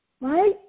right